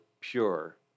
pure